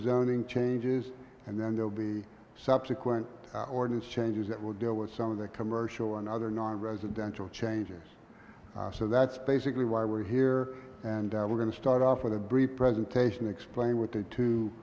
zoning changes and then there'll be subsequent ordinance changes that will deal with some of the commercial and other nonresidential changes so that's basically why we're here and we're going to start off with a brief presentation explain what the two